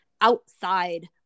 outside